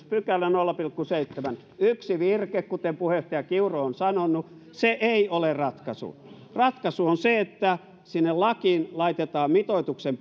pykälä nolla pilkku seitsemän yksi virke kuten puheenjohtaja kiuru on sanonut se ei ole ratkaisu ratkaisu on se että sinne lakiin laitetaan mitoituksen